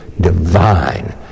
divine